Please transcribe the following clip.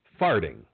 Farting